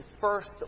first